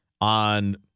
on